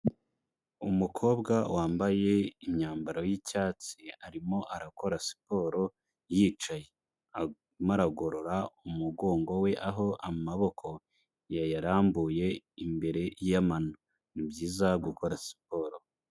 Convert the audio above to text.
Umukobwa wambaye imyambaro y'icyatsi arimo arakora siporo yicaye, arimo aragorora umugongo we aho amaboko yayarambuye imbere y'amano, ni byiza gukora siporo.